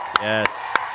yes